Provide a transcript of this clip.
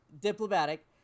Diplomatic